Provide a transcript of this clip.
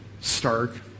stark